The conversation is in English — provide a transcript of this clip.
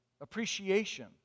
appreciation